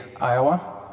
Iowa